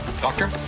Doctor